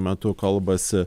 metu kalbasi